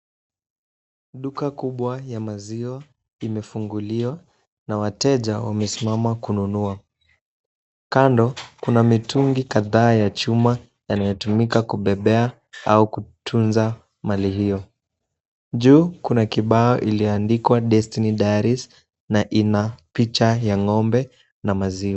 Duka kubwa ya maziwa imefunguliwa na wateja wamesimama kununua, kando kuna mitungi kadhaa ya chuma yanayotumika kubebea au kutunza mali hiyo, juu kuna kibao iliandikwa Destiny Diaries na ina picha ya ng'ombe na maziwa.